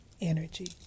energy